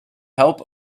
help